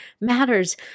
matters